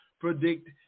predict